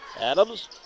Adams